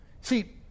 See